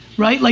right? like